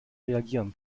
reagieren